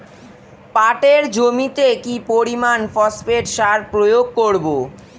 পাটের জমিতে কি পরিমান ফসফেট সার প্রয়োগ করব?